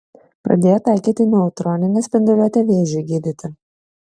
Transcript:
pradėjo taikyti neutroninę spinduliuotę vėžiui gydyti